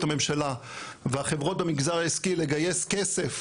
ההמשלה והחברות במגזר העסקי לגייס כסף,